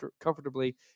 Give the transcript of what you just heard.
comfortably